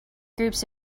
groups